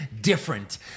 different